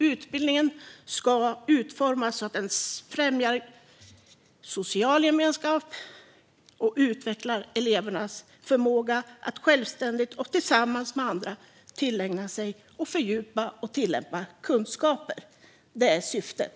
Utbildningen ska utformas så att den främjar social gemenskap och utvecklar elevernas förmåga att självständigt och tillsammans med andra tillägna sig, fördjupa och tillämpa kunskaper." Det är syftet.